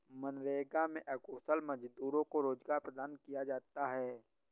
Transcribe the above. मनरेगा में अकुशल मजदूरों को रोजगार प्रदान किया जाता है